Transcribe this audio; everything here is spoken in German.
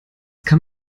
kam